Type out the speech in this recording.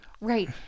Right